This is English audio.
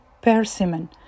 persimmon